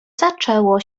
zaczęło